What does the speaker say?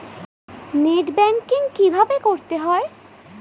Net banking কীভাবে করতে হয়?